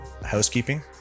housekeeping